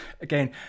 again